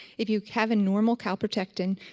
if you have a normal calprotectin,